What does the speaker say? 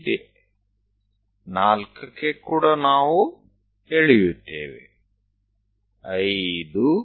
4 પાસે પણ આપણે દોરીશું